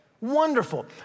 wonderful